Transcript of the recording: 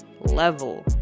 level